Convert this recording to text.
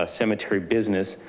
ah cemetery business,